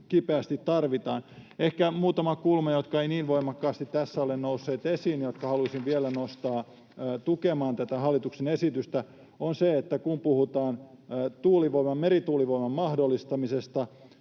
kipeästi tarvitaan. Ehkä muutamat kulmat, jotka eivät niin voimakkaasti tässä ole nousseet esiin ja jotka haluaisin vielä nostaa tukemaan tätä hallituksen esitystä, ovat, että kun puhutaan tuulivoiman ja merituulivoiman mahdollistamisesta,